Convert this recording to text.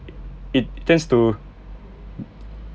it tends to